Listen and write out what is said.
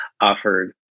offered